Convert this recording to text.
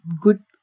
good